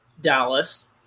Dallas